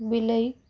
ବିଲେଇ